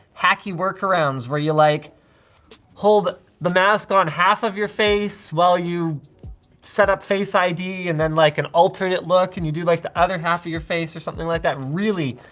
hacky workarounds where you like hold the mask on half of your face while you set up face id and then like an alternate look, and you do like the other half of your face or something like that, really,